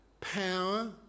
power